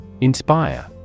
Inspire